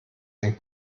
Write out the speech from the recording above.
ein